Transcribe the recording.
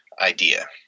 idea